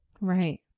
Right